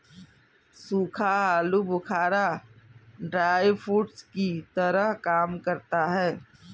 सूखा आलू बुखारा ड्राई फ्रूट्स की तरह काम करता है